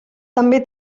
també